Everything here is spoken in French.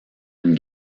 une